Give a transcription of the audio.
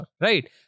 Right